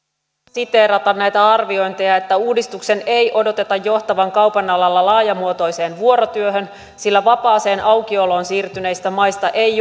siteerata näitä arviointeja että uudistuksen ei odoteta johtavan kaupan alalla laajamuotoiseen vuorotyöhön sillä vapaaseen aukioloon siirtyneistä maista ei